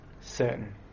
certain